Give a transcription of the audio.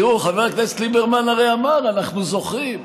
תראו, חבר הכנסת ליברמן הרי אמר, אנחנו זוכרים: